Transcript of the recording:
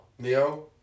Neo